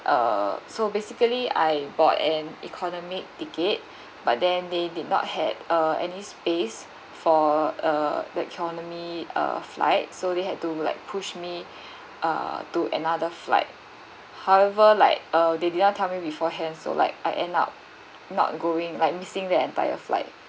uh so basically I bought an economic ticket but then they did not had uh any space for uh the economy uh flight so they had to like push me uh to another flight however like uh they did not tell me beforehand so like I end up not going like missing the entire flight